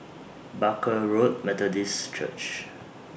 Barker Road Methodist Church